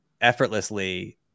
effortlessly